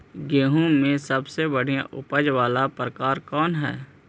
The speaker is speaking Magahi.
गेंहूम के सबसे बढ़िया उपज वाला प्रकार कौन हई?